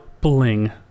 bling